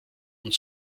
und